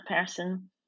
person